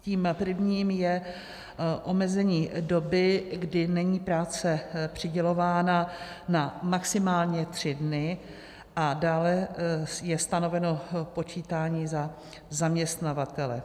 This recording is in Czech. Tím prvním je omezení doby, kdy není práce přidělována na maximálně tři dny a dále je stanoveno počítání za zaměstnavatele.